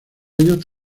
ellos